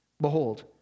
Behold